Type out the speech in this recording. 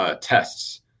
tests